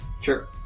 Sure